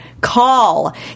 call